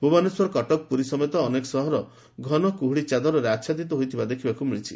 ଭୁବନେଶ୍ୱର କଟକ ପୁରୀ ସମେତ ଅନେକ ସହର ଘନ କୁହୁଡି ଚାଦରରେ ଆଛାଦିତ ହୋଇଥିବା ଦେଖିବାକୁ ମିଳିଛି